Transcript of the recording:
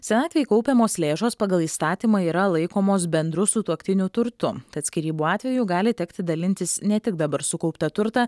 senatvei kaupiamos lėšos pagal įstatymą yra laikomos bendru sutuoktinių turtu tad skyrybų atveju gali tekti dalintis ne tik dabar sukauptą turtą